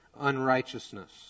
unrighteousness